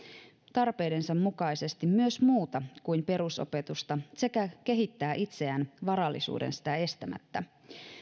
tarpeidensa mukaisesti myös muuta kuin perusopetusta sekä kehittää itseään varallisuuden sitä estämättä